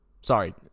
Sorry